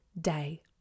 day